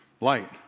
Light